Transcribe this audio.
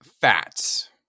fats